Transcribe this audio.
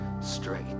straight